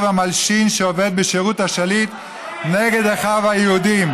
והמלשין שעובד בשירות השליט נגד אחיו היהודים,